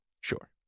sure